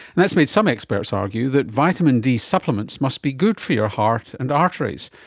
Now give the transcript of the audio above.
that has made some experts argue that vitamin d supplements must be good for your heart and arteries,